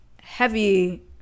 heavy